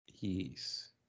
Peace